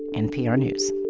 npr news